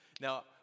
Now